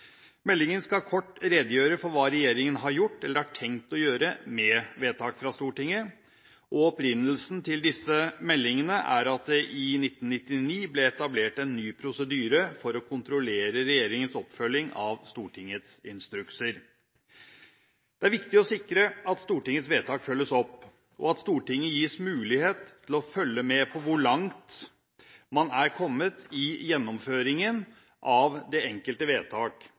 Meldingen skal kort redegjøre for hva regjeringen har gjort eller har tenkt å gjøre med vedtak fra Stortinget. Opprinnelsen til disse meldingene er at det i 1999 ble etablert en ny prosedyre for å kontrollere regjeringens oppfølging av Stortingets instrukser. Det er viktig å sikre at Stortingets vedtak følges opp, og at Stortinget gis mulighet til å følge med på hvor langt man er kommet i gjennomføringen av det enkelte vedtak,